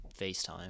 FaceTime